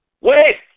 Wait